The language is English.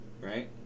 Right